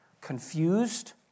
confused